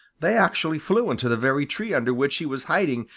they actually flew into the very tree under which he was hiding,